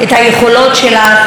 את היכולות שלך.